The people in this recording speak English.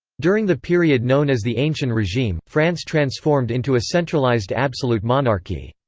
during the period known as the ancien regime, france transformed into a centralized absolute monarchy.